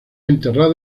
enterrado